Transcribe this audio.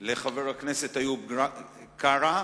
לחבר הכנסת איוב קרא,